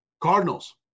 Cardinals